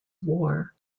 war